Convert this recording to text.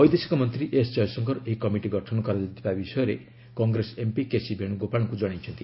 ବୈଦେଶିକ ମନ୍ତ୍ରୀ ଏସ୍ ଜୟଶଙ୍କର ଏହି କମିଟି ଗଠନ କରାଯାଇଥିବା ବିଷୟରେ କଂଗ୍ରେସ ଏମ୍ପି କେସି ବେଣୁଗୋପାଳଙ୍କୁ ଜଣାଇଛନ୍ତି